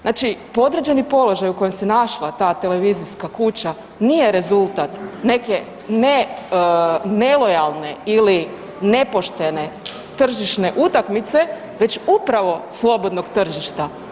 Znači podređeni položaj u kojem se našla ta televizijska kuća nije rezultat neke ne nelojalne ili nepoštene tržišne utakmice, već upravo slobodnog tržišta.